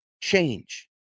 change